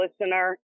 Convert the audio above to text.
listener